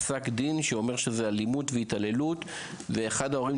והפרוטוקול וגם שידור הישיבה יפורסמו באתר האינטרנט של הכנסת.